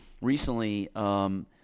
recently